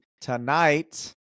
Tonight